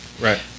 right